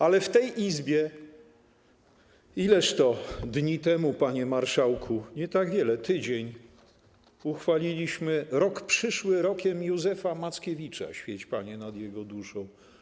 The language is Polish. Ale w tej Izbie - ileż to dni temu, panie marszałku, nie tak wiele, tydzień - uchwaliliśmy rok przyszły rokiem Józefa Mackiewicza, świeć Panie nad jego duszą.